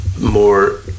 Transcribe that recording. more